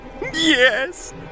Yes